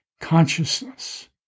consciousness